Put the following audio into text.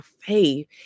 faith